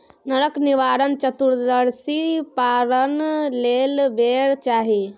नरक निवारण चतुदर्शीक पारण लेल बेर चाही